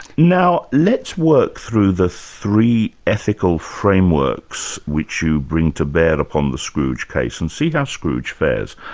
now let's work through the three ethical frameworks which you bring to bear upon the scrooge case, and see how scrooge fares.